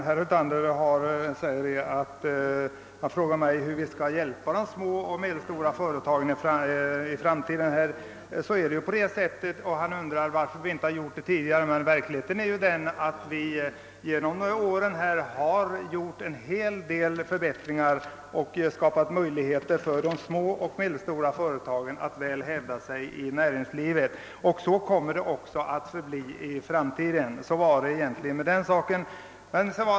Herr talman! Herr Hyltander frågar hur vi skall hjälpa de små och medelstora företagen i framtiden, och han undrar över varför vi inte gjort något tidigare. Verkligheten är att vi under åren genomfört en hel del förbättringar och skapat möjligheter för de små och medelstora företagen att väl hävda sig inom näringslivet. Så kommer det också att bli i framtiden.